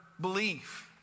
belief